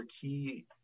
key